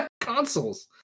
consoles